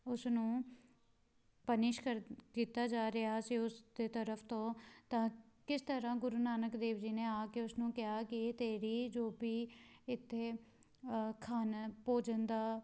ਉਸ ਨੂੰ ਪਨਿਸ਼ ਕਰ ਕੀਤਾ ਜਾ ਰਿਹਾ ਸੀ ਉਸ ਦੇ ਤਰਫ਼ ਤੋਂ ਤਾਂ ਕਿਸ ਤਰ੍ਹਾਂ ਗੁਰੂ ਨਾਨਕ ਦੇਵ ਜੀ ਨੇ ਆ ਕੇ ਉਸ ਨੂੰ ਕਿਹਾ ਕਿ ਤੇਰੀ ਜੋ ਵੀ ਇੱਥੇ ਖਾਣਾ ਭੋਜਨ ਦਾ